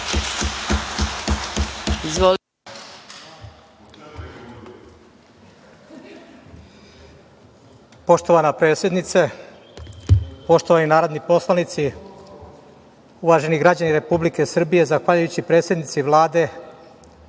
Poštovana predsednice, poštovani narodni poslanici, uvaženi građani Republike Srbije, zahvaljujući predsednici Vlade,